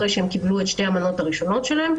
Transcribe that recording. אחרי שהם קיבלו את שתי המנות הראשונות שלהם.